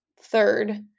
third